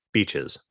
Beaches